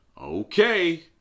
okay